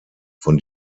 von